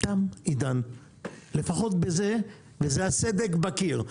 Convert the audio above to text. תם עידן לפחות בזה, וזה הסדק בקיר.